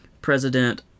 President